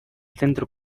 centro